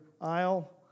aisle